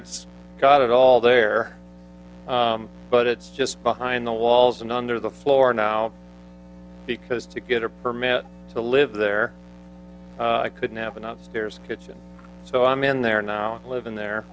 it's got it all there but it's just behind the walls and under the floor now because to get a permit to live there i couldn't have enough stairs kitchen so i'm in there now i live in there